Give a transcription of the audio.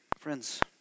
Friends